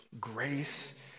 Grace